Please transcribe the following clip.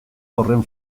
horren